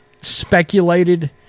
speculated